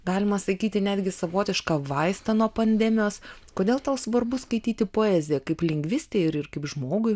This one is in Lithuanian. galima sakyti netgi savotišką vaistą nuo pandemijos kodėl tau svarbu skaityti poeziją kaip lingvistei ir ir kaip žmogui